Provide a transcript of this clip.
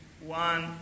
One